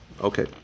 Okay